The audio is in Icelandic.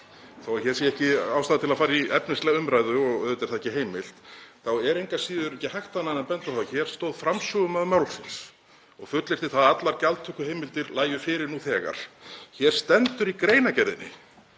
að hér sé ekki ástæða til að fara í efnislega umræðu, og auðvitað er það ekki heimilt, er engu að síður ekki hægt annað en að benda á það að hér stóð framsögumaður málsins og fullyrti að allar gjaldtökuheimildir lægju fyrir nú þegar. Hér stendur í greinargerðinni,